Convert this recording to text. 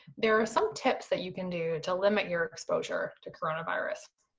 there are some tips that you can do to limit your exposure to coronavirus.